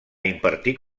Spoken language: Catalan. impartir